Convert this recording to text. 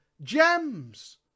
Gems